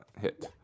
hit